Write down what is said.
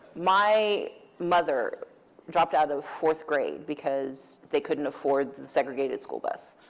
my mother dropped out of fourth grade, because they couldn't afford the segregated school bus.